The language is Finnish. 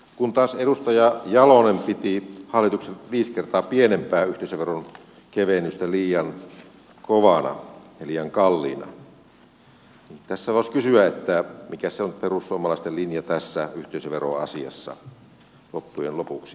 kun taas edustaja jalonen piti hallituksen viisi kertaa pienempää yhteisöveron kevennystä liian kovana ja liian kalliina niin tässä voisi kysyä että mikäs se on perussuomalaisten linja tässä yhteisöveroasiassa loppujen lopuksi